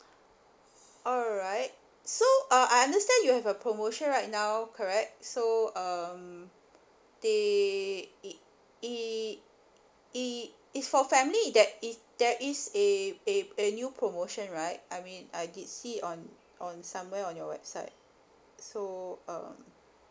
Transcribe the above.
alright so uh I understand you have a promotion right now correct so um they i~ i~ i~ it's for family there is there is a a a new promotion right I mean I did see on on somewhere on your website so um